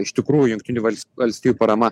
iš tikrųjų jungtinių vals valstijų parama